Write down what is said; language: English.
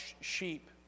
sheep